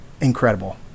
incredible